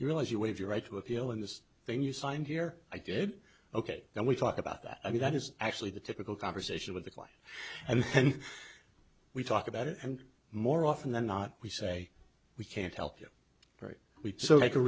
you realize you waive your right to appeal in this thing you sign here i did ok and we talk about that i mean that is actually the typical conversation with the client and we talk about it more often than not we say we can't help you very we so make a